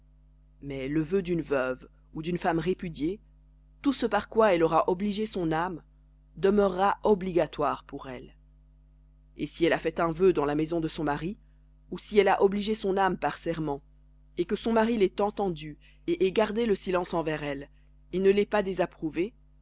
mais le vœu d'une veuve ou d'une femme répudiée tout ce par quoi elle aura obligé son âme demeurera obligatoire pour elle et si elle a fait un vœu dans la maison de son mari ou si elle a obligé son âme par serment et que son mari l'ait entendu et ait gardé le silence envers elle ne l'ait pas désapprouvée